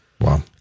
Wow